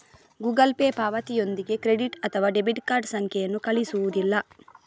Google Pay ಪಾವತಿಯೊಂದಿಗೆ credit ಅಥವಾ debit card ಸಂಖ್ಯೆಯನ್ನು ಕಳುಹಿಸುವುದಿಲ್ಲ